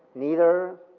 neither?